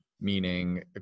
Meaning